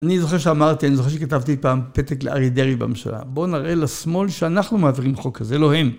אני זוכר שאמרתי, אני זוכר שכתבתי פעם פתק לאריה דרעי בממשלה. בוא נראה לשמאל שאנחנו מעבירים חוק הזה, לא הם.